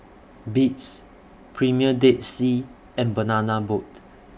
Beats Premier Dead Sea and Banana Boat